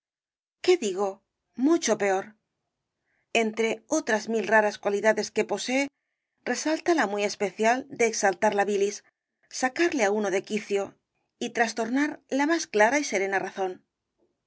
qué digo mucho peor entre otras mil raras cualidades que posee resalta la muy especial de exaltar la bilis sacarle á uno de quicio y trastornar la más clara y serena razón